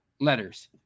letters